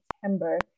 september